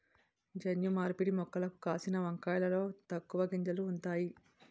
జన్యు మార్పిడి మొక్కలకు కాసిన వంకాయలలో తక్కువ గింజలు ఉంతాయి